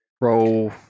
roll